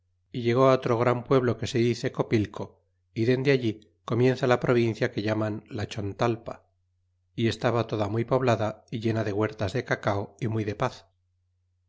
y llegó otro gran pueblo que se dice copilco y dende alli comienza la provincia que llaman la chontalpa y estaba toda muy poblada y llena de huertas de cacao y muy de paz